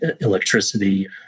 electricity